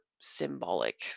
symbolic